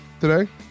today